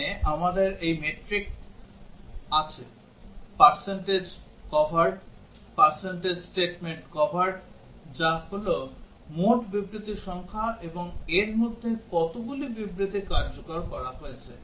এখানে আমাদের এই মেট্রিক আছে percentage covered percentage statement covered যা হল মোট বিবৃতি সংখ্যা এবং এর মধ্যে কতগুলি বিবৃতি কার্যকর করা হয়েছে